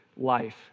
life